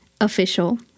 official